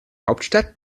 hauptstadt